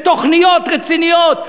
בתוכניות רציניות,